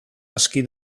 aski